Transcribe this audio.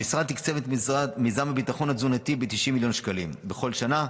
המשרד תקצב את מיזם הביטחון התזונתי ב-90 מיליון שקלים בכל שנה,